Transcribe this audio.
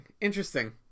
Interesting